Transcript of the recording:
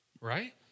Right